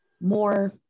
more